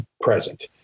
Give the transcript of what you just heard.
present